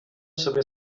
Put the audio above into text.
sobie